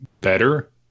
better